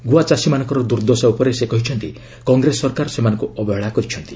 ଗୁଆ ଚାଷୀମାନଙ୍କର ଦୁର୍ଦ୍ଦଶା ଉପରେ ସେ କହିଛନ୍ତି କଂଗ୍ରେସ ସରକାର ସେମାନଙ୍କୁ ଅବହେଳା କରିଛନ୍ତି